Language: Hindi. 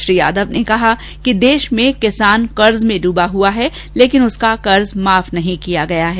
श्री यादव ने कहा कि देश में किसान कर्ज में डूबा हुआ है लेकिन उनका कर्ज माफ नहीं किया गया है